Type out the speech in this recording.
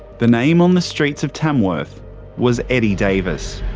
the name on the streets of tamworth was eddie davis.